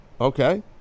Okay